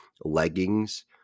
leggings